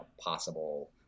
possible